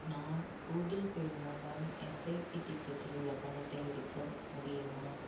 நான் Google Pay மூலம் SIP திட்டத்தில் உள்ள பணத்தை எடுக்க முடியுமா